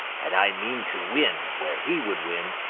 and i mean to win where he would win,